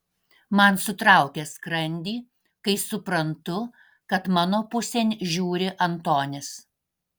man sutraukia skrandį kai suprantu kad mano pusėn žiūri antonis